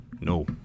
no